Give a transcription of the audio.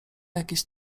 jakieś